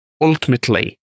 ultimately